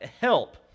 help